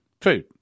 food